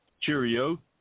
Cheerio